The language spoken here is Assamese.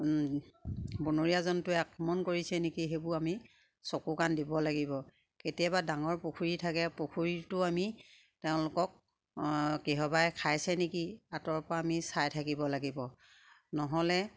বনৰীয়া জন্তুৱে আক্ৰমণ কৰিছে নেকি সেইবো আমি চকু কাণ দিব লাগিব কেতিয়াবা ডাঙৰ পুখুৰী থাকে পুখুৰীটো আমি তেওঁলোকক কিহবাই খাইছে নেকি আঁতৰৰ পৰা আমি চাই থাকিব লাগিব নহ'লে